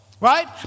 Right